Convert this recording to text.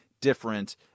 different